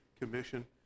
commission